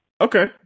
okay